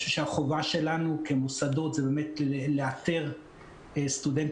אני חושב שהחובה שלנו כמוסדות היא באמת לאתר סטודנטים